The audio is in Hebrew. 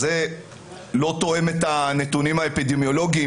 זה לא תואם את הנתונים האפידמיולוגיים.